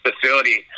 facility